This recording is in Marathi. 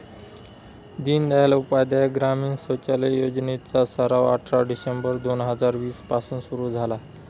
दीनदयाल उपाध्याय ग्रामीण कौशल्य योजने चा सराव अठरा डिसेंबर दोन हजार वीस पासून सुरू झाला